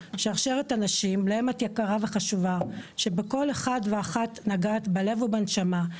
שרשרת האנשים להם את יקרה וחשובה שבכל אחד ואחת נגעת בלב ובנשמה,